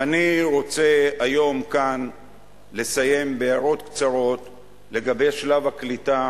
אני רוצה היום כאן לסיים בהערות קצרות לגבי שלב הקליטה,